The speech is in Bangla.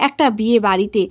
একটা বিয়ে বাড়িতে